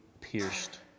pierced